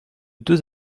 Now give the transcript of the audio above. deux